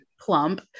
plump